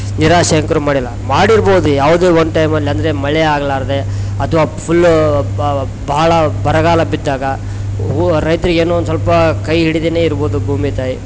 ನಿರಾಶೆ ಅಂತು ಮಾಡಿಲ್ಲ ಮಾಡಿರ್ಬೋದು ಯಾವ್ದೇ ಒಂದು ಟೈಮಲ್ಲಿ ಅಂದರೆ ಮಳೆ ಆಗಲಾರ್ದೆ ಅಥವಾ ಫುಲ್ಲೂ ಭಾಳ ಬರಗಾಲ ಬಿದ್ದಾಗ ಓ ರೈತ್ರಿಗೆ ಏನೋ ಒಂದು ಸ್ವಲ್ಪ ಕೈ ಹಿಡಿದೇನೆ ಇರ್ಬೋದು ಭೂಮಿ ತಾಯಿ